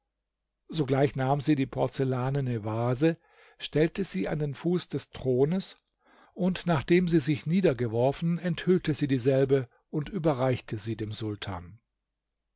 sogleich nahm sie die porzellanene vase stellte sie an den fuß des thrones und nachdem sie sich niedergeworfen enthüllte sie dieselbe und überreichte sie dem sultan